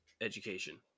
education